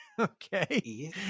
Okay